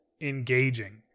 engaging